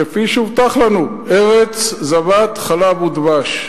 כפי שהובטח לנו: ארץ זבת חלב ודבש.